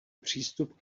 přístup